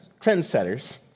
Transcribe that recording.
trendsetters